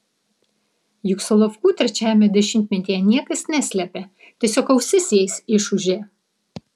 juk solovkų trečiajame dešimtmetyje niekas neslėpė tiesiog ausis jais išūžė